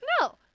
No